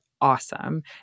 awesome